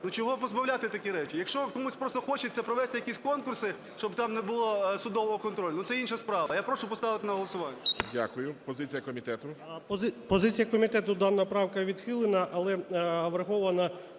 чого позбавляти такі речі? Якщо комусь просто хочеться провести якісь конкурси, щоб там не було судового контролю, ну, це інша справа. Я прошу поставити на голосування. ГОЛОВУЮЧИЙ. Дякую. Позиція комітету. 11:12:52 ПАВЛІШ П.В. Позиція комітету: дана правка відхилена, але врахована